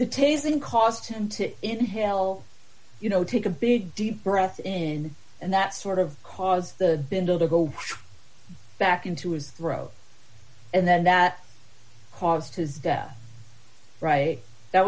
the tasing caused him to inhale you know take a big deep breath in and that sort of caused the bindle to go back into his throat and then that caused his death right that